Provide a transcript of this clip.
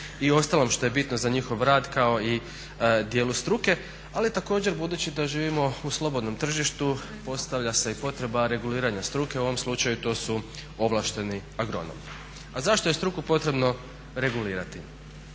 i ostalom što je bitno za njihov rad kao i djelu struke, ali također budući da živimo u slobodnom tržištu postavlja se i potreba reguliranja struke u ovom slučaju to su ovlašteni agronomi. A zašto je struku potrebno regulirati?